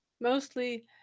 mostly